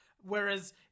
Whereas